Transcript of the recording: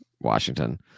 Washington